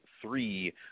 three